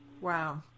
Wow